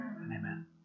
amen